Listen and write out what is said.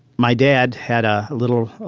my dad had a little